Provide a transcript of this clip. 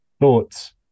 thoughts